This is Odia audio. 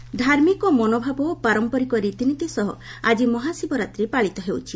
ମହାଶିବରାତ୍ରୀ ଧାର୍ମିକ ମନୋଭାବ ଓ ପାରମ୍ପରିକ ରୀତିନୀତି ସହ ଆଜି ମହାଶିବରାତ୍ରୀ ପାଳିତ ହେଉଛି